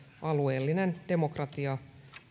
alueellinen demokratia